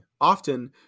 Often